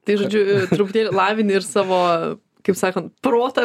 tai žodžiu truputėlį lavini ir savo kaip sakant protą